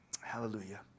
Hallelujah